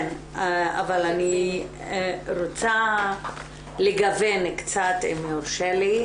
אני רוצה לגוון קצת אם יורשה לי.